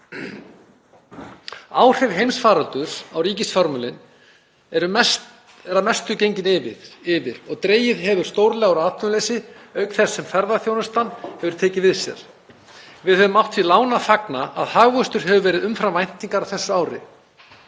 Áhrif heimsfaraldurs á ríkisfjármálin eru að mestu gengin yfir og dregið hefur stórlega úr atvinnuleysi auk þess sem ferðaþjónustan hefur tekið við sér. Við höfum átt því láni að fagna að hagvöxtur hefur verið umfram væntingar á þessu ári,